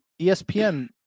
ESPN